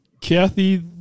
Kathy